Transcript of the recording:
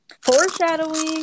Foreshadowing